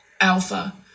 alpha